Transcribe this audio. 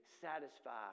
satisfied